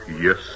Yes